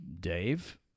Dave